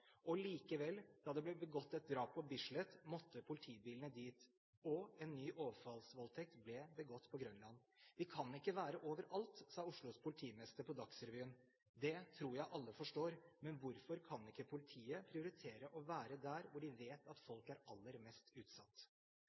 Likevel, da det ble begått et drap på Bislett, måtte politibilene dit. En ny overfallsvoldtekt ble begått på Grønland. Vi kan ikke være overalt, sa Oslos politimester på Dagsrevyen. Det tror jeg alle forstår, men hvorfor kan ikke politiet prioritere å være der de vet at folk er aller mest utsatt?